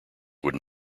would